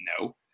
No